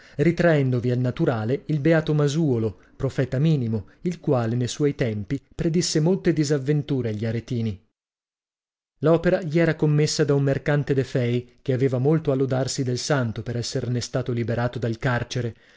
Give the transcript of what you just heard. ritraendovi al naturale il beato masuolo profeta minimo il quale ne suoi tempi predisse molte disavventure agli aretini l'opera gli era commessa da un mercante de fei che aveva molto a lodarsi del santo per esserne stato liberato dal carcere